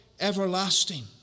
everlasting